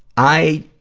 i